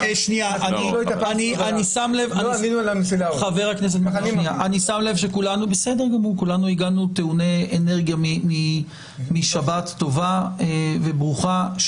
אני שם לב שכולנו הגענו טעוני אנרגיה משבת טובה וברוכה.